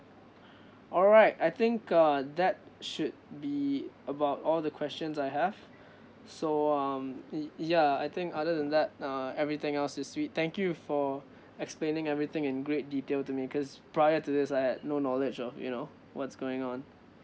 alright I think err that should be about all the questions I have so um ya ya I think other than that uh everything else is sweet thank you for explaining everything in great detail to me cause prior to this I had no knowledge of you know what's going on